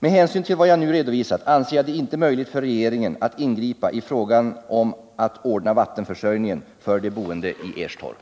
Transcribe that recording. Med hänsyn till vad jag nu redovisat anser jag det inte möjligt för regeringen att ingripa i frågan om att ordna vattenförsörjningen för de boende i Erstorp.